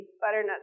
butternut